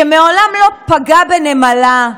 שמעולם לא פגע בנמלה,